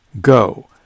go